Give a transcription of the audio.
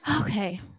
Okay